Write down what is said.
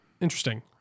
interesting